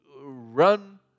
run